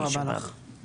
הישיבה ננעלה בשעה 11:03.